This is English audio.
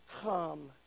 come